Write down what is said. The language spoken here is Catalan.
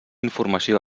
informació